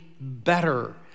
better